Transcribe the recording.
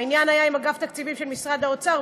והעניין היה עם אגף התקציבים של משרד האוצר,